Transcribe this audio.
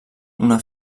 una